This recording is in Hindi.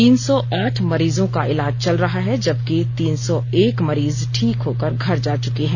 तीन सौ आठ मरीजों का इलाज चल रहा है जबकि तीन सौ एक मरीज ठीक होकर घर जा चुके हैं